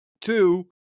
Two